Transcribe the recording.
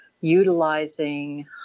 utilizing